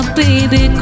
baby